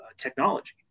technology